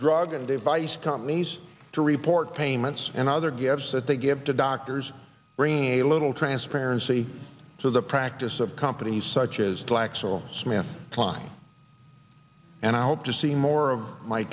drug and device companies to report payments and other gifts that they give to doctors bringing a little transparency to the practice of companies such as glaxo smith kline and i hope to see more of my